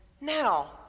now